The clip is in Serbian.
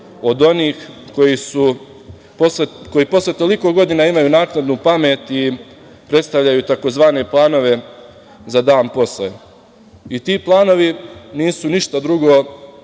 od onih koji posle toliko godina imaju naknadnu pamet i predstavljaju tzv. planove za dan posle. Ti planovi nisu ništa drugo